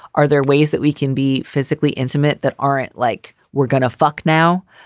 are there ways that we can be physically intimate that aren't like we're going to fuck now?